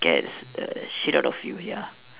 scares the shit out of you ya